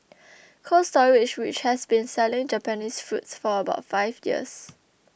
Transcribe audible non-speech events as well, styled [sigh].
[noise] Cold Storage which has been selling Japanese fruits for about five years